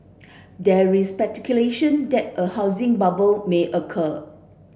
there is speculation that a housing bubble may occur